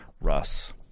Russ